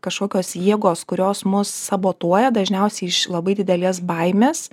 kažkokios jėgos kurios mus sabotuoja dažniausiai iš labai didelės baimės